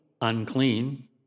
unclean